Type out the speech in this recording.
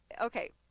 Okay